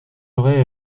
auraient